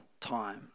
time